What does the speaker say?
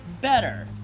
better